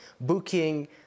booking